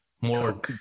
more